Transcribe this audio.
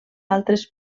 altres